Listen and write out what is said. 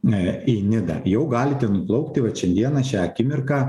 e į nidą jau galite nuplaukti vat šiandieną šią akimirką